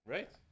Right